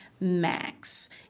max